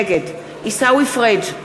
נגד עיסאווי פריג'